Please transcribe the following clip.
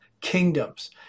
kingdoms